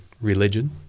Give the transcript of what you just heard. religion